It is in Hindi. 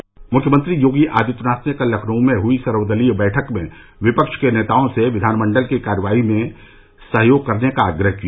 मूख्यमंत्री योगी आदित्यनाथ ने कल लखनऊ में हई सर्वदलीय बैठक में विपक्ष के नेताओं से विधानमंडल की कार्यवाही में सहयोग करने का आग्रह किया